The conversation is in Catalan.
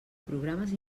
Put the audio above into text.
programes